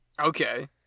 Okay